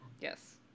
Yes